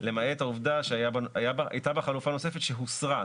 למעט העובדה שהייתה בה חלופה נוספת שהוסרה,